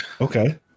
Okay